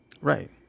Right